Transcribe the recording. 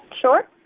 Sure